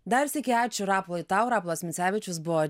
dar sykį ačiū rapolai tau rapolas misevičius buvo